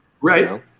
right